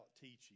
teaching